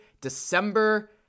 December